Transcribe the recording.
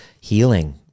healing